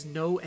no